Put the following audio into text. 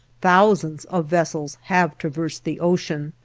thousands of vessels have traversed the ocean,